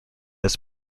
his